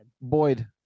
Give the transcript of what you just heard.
Boyd